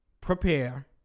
Prepare